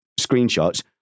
screenshots